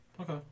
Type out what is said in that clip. Okay